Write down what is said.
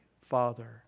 Father